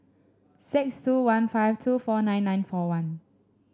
six two one five two four nine nine four one